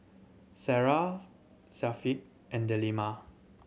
Sarah Syafiq and Delima